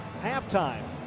Halftime